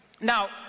Now